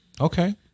Okay